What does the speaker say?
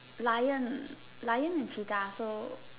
lion lion and cheetah so